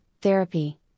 therapy